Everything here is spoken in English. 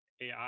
ai